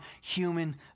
human